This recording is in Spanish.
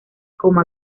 como